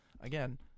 again